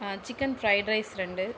chicken fried rice ரெண்டு